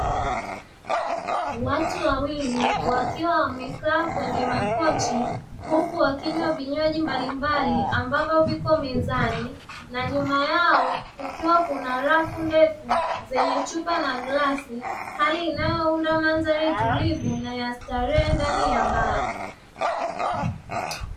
Watu wawili wakiwa wamekaa kwenye makochi huku wakinywa vinywaji mbalimbali ambavyo viko mezani, na nyuma yao kukiwa kuna rafu ndefu zenye chupa na glasi; hali inayounda mandhari tulivu na ya starehe ndani ya baa.